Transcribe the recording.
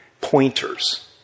pointers